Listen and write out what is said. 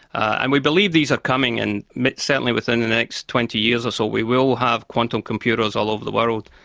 and we believe these are coming and certainly within the next twenty years or so, we will will have quantum computers all over the world.